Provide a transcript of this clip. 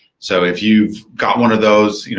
so if you've got one of those,